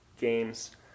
games